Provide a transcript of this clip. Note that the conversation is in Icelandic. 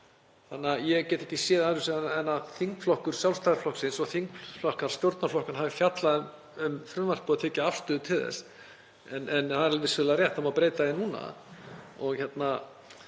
þannig að ég get ekki séð annað en að þingflokkur Sjálfstæðisflokksins og þingflokkar stjórnarflokkanna hafi fjallað um frumvarpið og tekið afstöðu til þess. En það er vissulega rétt að það má breyta því núna